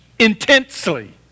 Intensely